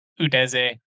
Udeze